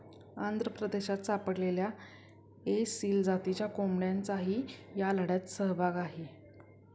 आंध्र प्रदेशात सापडलेल्या एसील जातीच्या कोंबड्यांचाही या लढ्यात सहभाग आहे